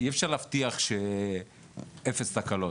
אי אפשר להבטיח אפס תקלות,